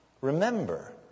Remember